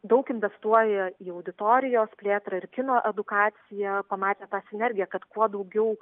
daug investuoja į auditorijos plėtrą ir kino edukaciją pamatę tą sinergiją kad kuo daugiau